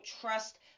trust